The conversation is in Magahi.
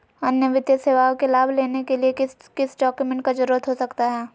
अन्य वित्तीय सेवाओं के लाभ लेने के लिए किस किस डॉक्यूमेंट का जरूरत हो सकता है?